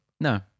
No